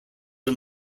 are